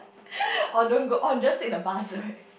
or don't go or just take the bus right